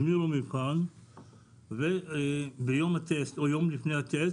הזמינו לו מבחן וביום הטסט או יום לפני הטסט,